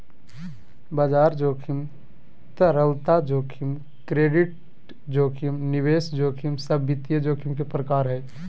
बाजार जोखिम, तरलता जोखिम, क्रेडिट जोखिम, निवेश जोखिम सब वित्तीय जोखिम के प्रकार हय